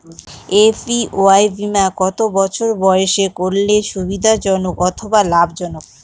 APY বীমা কত বছর বয়সে করলে সুবিধা জনক অথবা লাভজনক?